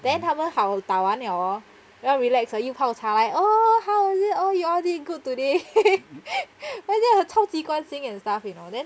then 他们好打完了哦要 relax 了又泡茶来 oh how is it oh you all did good today when they are 超级关心 and stuff you know then